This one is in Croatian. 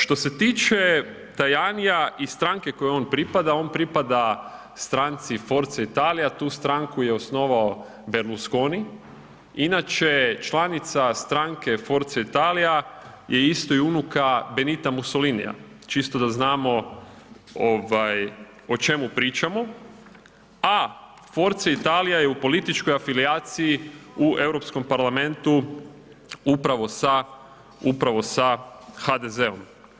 Što se tiče Tajanija i stranke kojoj on pripada, on pripada stranci Forza Italia, tu stranku je osnovao Berlusconi, inače članica stranke Forza Italia je isto i unuka Benita Mussolinija, čisto da znamo o čemu pričamo a Forza Italia je u političkoj afilijaciji u Europskom parlamentu upravo sa HDZ-om.